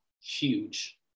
huge